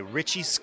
Richie